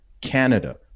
Canada